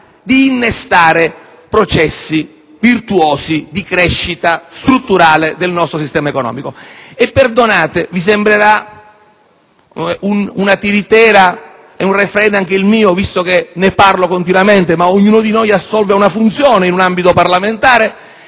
di innescare processi virtuosi di crescita strutturale del nostro sistema economico. Perdonatemi, vi sembrerà una tiritera ed un *refrain* anche il mio, visto che ne parlo continuamente, ma ognuno di noi assolve ad una funzione in un ambito parlamentare.